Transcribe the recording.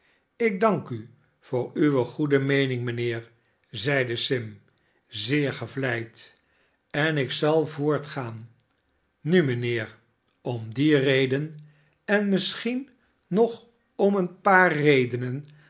ik dank u voor uwe goede meening mijnheer zeide sim zeer gevleid en ik zal voortgaan nu mijnheer om die reden en misschien nog om een paar redenen